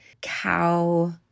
cow